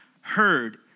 heard